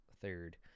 third